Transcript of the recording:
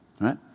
right